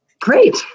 Great